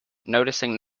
noticing